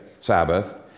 Sabbath